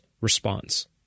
response